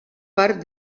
part